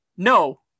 No